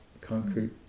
concrete